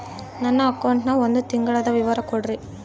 ನನ್ನ ಅಕೌಂಟಿನ ಒಂದು ತಿಂಗಳದ ವಿವರ ಕೊಡ್ರಿ?